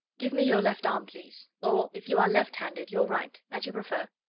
give me your left arm, please or, if you are left-handed, your right. as you prefer.